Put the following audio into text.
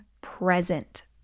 present